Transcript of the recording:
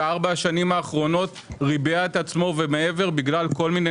בארבע השנים האחרונות ריבע את עצמו ומעבר בגלל כל מיני